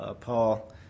Paul